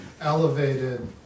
elevated